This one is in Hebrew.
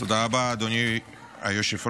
תודה רבה, אדוני היושב-ראש.